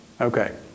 Okay